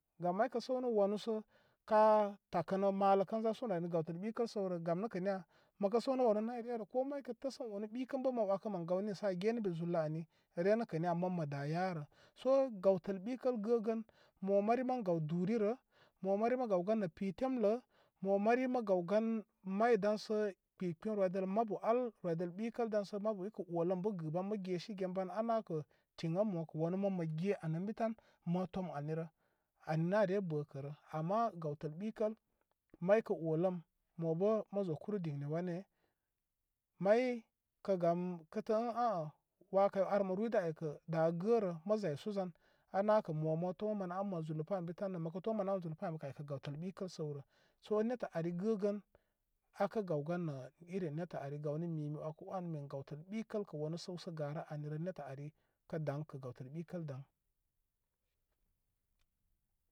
Gam may kə səwnə wanu sə ka takənə malə kə zasu nə gawtəl bɨkəl səwnə wanu gam na kə niya? Maka səwnə wanu re rə ko may kə təsəm wanu ɓɨkən bə ma wakə mən gawni aa genebe zul lə ani. Rye nə kə niya? Aman mə dāā ya rə. sə gawtəl bɨtəl gəgə. Mo mari mən gaaw duuri rə, mo mari mə gawgan nə pi temlə, mo mari mə gaw gan may dan sə gbigbin rwidəl mabu al rwidəl ɓikəl dan sə mabu ikə oləm bə gɨban mə gyəsi gən ban, ana kə tina mo kə wanu man mə gyə ani ən bi tan ma tom ani rə. Ani nə aryə bəkərə. Ama gawtəl ɓikəl, may kə oləm, mo bə mə zo kuru dinne wane. may kəgam kə təə ən əə waa kay ar mə rwi dənə aykə dā gəə rə, mə zaysu zan. A nə kə mo ma tomə manə am man zulə pam ən bi tan rə. Mə kə tomə manə am man alu pa ami kə ai kə gawtəl bikəl sawturnw rə sə netə ari gəgən aakə gaw gan nə iri netə ari maw ni mi, mi wəkə wan min gawtə bikəl kə wanu səw sə garə ani rə netə ari kə daŋ kə gawtəl bikə daŋ.